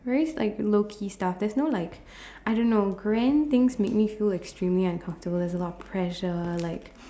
very like lowkey stuff there's no like I don't know grand things make me feel extremely uncomfortable there's a lot of pressure like